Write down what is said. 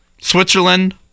Switzerland